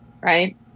Right